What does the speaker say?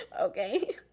Okay